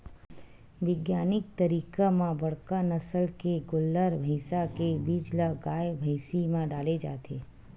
बिग्यानिक तरीका म बड़का नसल के गोल्लर, भइसा के बीज ल गाय, भइसी म डाले जाथे